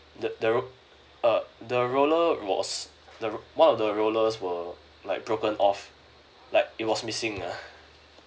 the the rol~ uh the roller was the ro~ one of the rollers were like broken off like it was missing ah